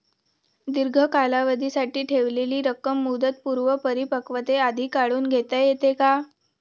दीर्घ कालावधीसाठी ठेवलेली रक्कम मुदतपूर्व परिपक्वतेआधी काढून घेता येते का?